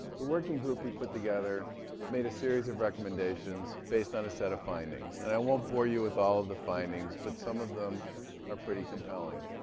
the working group we put together made a series of recommendations based on a set of findings. and i won't bore you with all of the findings, but some of them are pretty compelling.